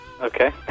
Okay